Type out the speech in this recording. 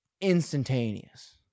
instantaneous